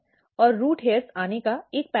और root hair आने का एक पैटर्न है